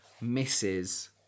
misses